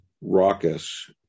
raucous